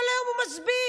כל היום הוא מסביר,